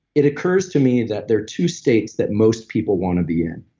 it occurs to me that there are two states that most people want to be in.